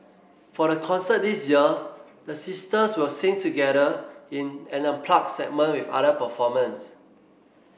for the concert this year the sisters will sing together in an unplugged segment with other performers